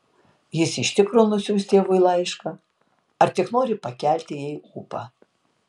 jis iš tikro nusiųs tėvui laišką ar tik nori pakelti jai ūpą